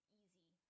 easy